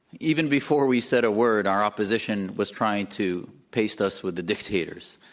even before we said a word, our opposition was trying to paste us with the dictators.